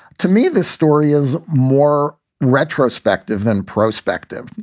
to me, this story is more retrospective than prospective.